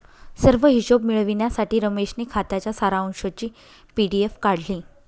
सर्व हिशोब मिळविण्यासाठी रमेशने खात्याच्या सारांशची पी.डी.एफ काढली